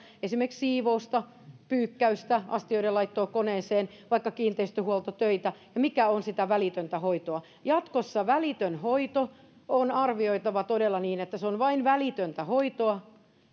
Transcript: esimerkiksi siivousta pyykkäystä astioiden laittoa koneeseen vaikka kiinteistönhuoltotöitä ja mikä on sitä välitöntä hoitoa jatkossa välitön hoito on arvioitava todella niin että se on vain välitöntä hoitoa